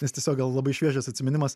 nes tiesiog gal labai šviežias atsiminimas